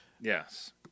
Yes